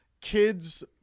kids